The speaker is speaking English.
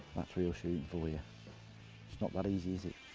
that's real shooting for you. it's not that easy